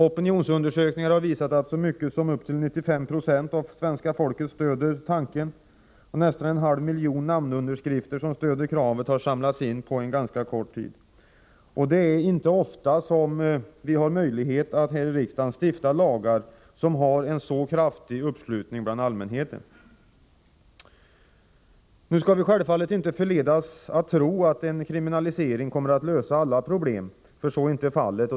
Opinionsundersökningar har visat att en så stor andel som 95 26 av svenska folket stöder tanken. Nästan en halv miljon namnunderskrifter som stöder kravet har samlats in på ganska kort tid. Det är inte ofta vi i riksdagen kan stifta lagar, som har en så kraftig uppslutning bland allmänheten. Nu skall vi självfallet inte förledas att tro att en kriminalisering skulle komma att lösa alla problem, för så är inte fallet.